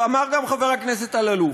אמר גם חבר הכנסת אלאלוף: